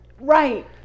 Right